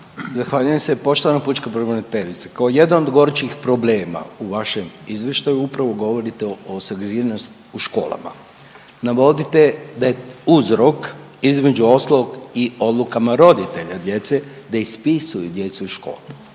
Zahvaljujem se. Poštovana pučka pravobraniteljice. Kao jedan od gorućih problema u vašem izvještaju upravo govorite o … u školama. Navodite da je uzrok između ostalog i odlukama roditelja djeca da ispisuju djecu iz škole,